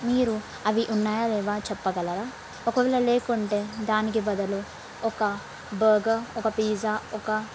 మీరు అవి ఉన్నాయా లేవా చెప్పగలరా ఒకవేళ లేకుంటే దానికి బదులు ఒక బర్గర్ ఒక పిజ్జా ఒక